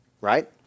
right